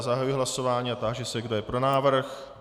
Zahajuji hlasování a táži se, kdo je pro návrh.